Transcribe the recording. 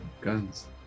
guns